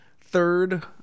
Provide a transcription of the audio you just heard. third